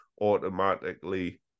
automatically